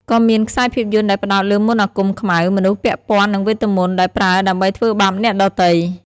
ក៏មានខ្សែភាពយន្តដែលផ្តោតលើមន្តអាគមខ្មៅ មនុស្សពាក់ពន្ធ័នឹងវេទមន្តដែលប្រើដើម្បីធ្វើបាបអ្នកដទៃ។